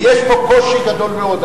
ויש פה קושי גדול מאוד.